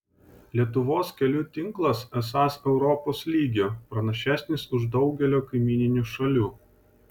lietuvos kelių tinklas esąs europos lygio pranašesnis už daugelio kaimyninių šalių